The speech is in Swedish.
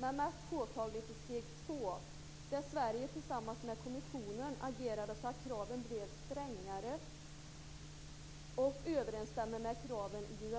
men mest påtagligt i steg 2 där Sverige tillsammans med kommissionen agerade så att kraven blev strängare och så att de överensstämmer med kraven i USA.